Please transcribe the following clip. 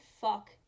fuck